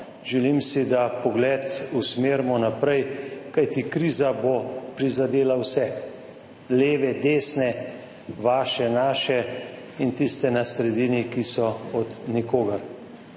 Želim si, da pogled usmerimo naprej, kajti kriza bo prizadela vse, leve, desne, vaše, naše in tiste na sredini, ki so od nikogar.